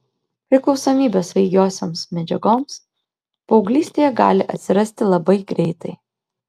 priklausomybė svaigiosioms medžiagoms paauglystėje gali atsirasti labai greitai